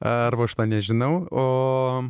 arba aš nežinau o